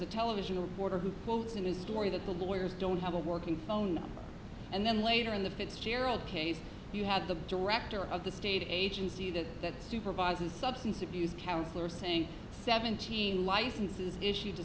a television reporter who quotes in a story that the lawyers don't have a working phone and then later in the fitzgerald case you have the director of the state agency that that supervises substance abuse counselor saying seventeen licenses issued to